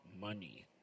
money